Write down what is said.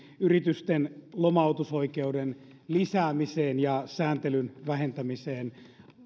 yritysten lomautusoikeuden lisäämiseen ja sääntelyn vähentämiseen